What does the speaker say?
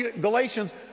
Galatians